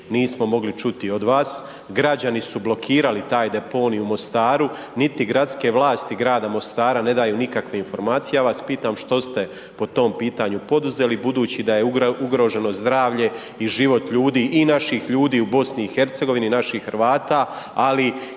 nismo mogli čuti od vas, građani su blokirali taj deponij u Mostaru, niti gradske vlasti grada Mostara ne daju nikakve informacije, ja vas pitam što ste po tom pitanju poduzeli budući da je ugroženo zdravlje i život ljudi, i naših ljudi u BiH, naših Hrvata, ali